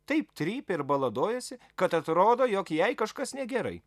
taip trypia ir baladojasi kad atrodo jog jai kažkas negerai